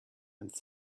and